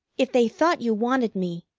if they thought you wanted me,